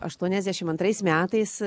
aštuoniasdešimt antrais metais